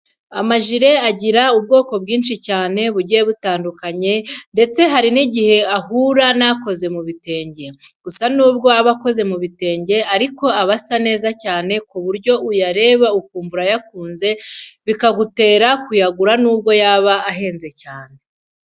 Amajire agira ubwoko bwinshi cyane bugiye butandukanye ndetse hari n'igihe uhura n'akoze mu bitenge. Gusa nubwo aba akoze mu bitenge ariko aba asa neza cyane ku buryo uyareba ukumva urayakunze bikagutera kuyagura nubwo yaba ahenze cyane.